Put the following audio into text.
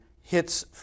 hits